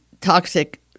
toxic